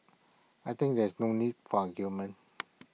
I think there is no need for argument